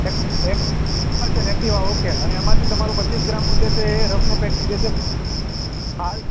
Activa Activa છે ને okay અને એમાંથી તમારું પચીસ ગ્રામનું જે છે એ રફનું પેકેટ જે છે હાલ